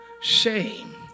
shame